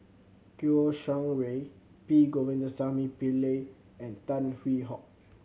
Kouo Shang Wei P Govindasamy Pillai and Tan Hwee Hock